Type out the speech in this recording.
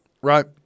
Right